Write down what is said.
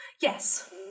Yes